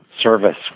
service